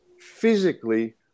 physically